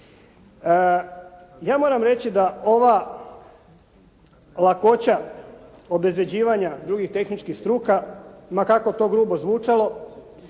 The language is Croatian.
Ja moram reći da ova lakoća obezvrjeđivanja drugih tehničkih struka, ma kako to grubo zvučalo